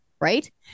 right